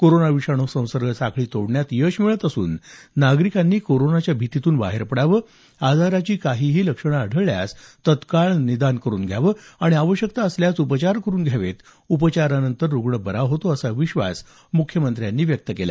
corona विषाणूची संसर्ग साखळी तोडण्यात यश मिळत असून नागरिकांनी कोरोनाच्या भीतीतून बाहेर पडावं आजाराची काहीही लक्षणं आढळल्यास तत्काळ निदान करून घ्यावं आणि आवश्यकता असल्यास उपचार करून घ्यावेत उपचारानंतर रुग्ण बरा होतो असा विश्वास मुख्यमंत्र्यांनी व्यक्त केला